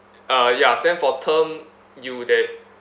uh ya stand for term you that